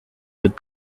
with